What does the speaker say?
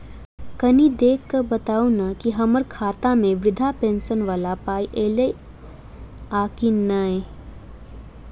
कनि देख कऽ बताऊ न की हम्मर खाता मे वृद्धा पेंशन वला पाई ऐलई आ की नहि?